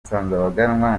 nsanzabaganwa